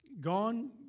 gone